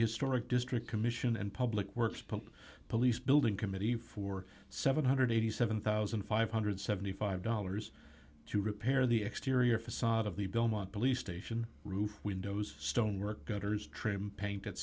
historic district commission and public works police building committee for seven hundred and eighty seven thousand five hundred and seventy five dollars to repair the exterior facade of the belmont police station roof windows stonework gutters trim paint